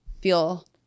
feel